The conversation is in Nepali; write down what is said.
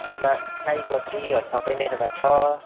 अन्त सयपत्रीहरू सबै मेरोमा छ